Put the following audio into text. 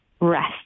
rest